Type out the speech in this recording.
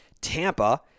Tampa